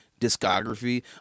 discography